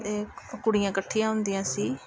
ਅਤੇ ਕੁੜੀਆਂ ਇਕੱਠੀਆਂ ਹੁੰਦੀਆਂ ਸੀ